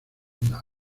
una